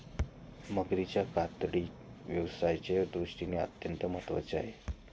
मगरीची कातडी व्यवसायाच्या दृष्टीने अत्यंत महत्त्वाची आहे